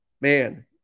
man